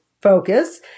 focus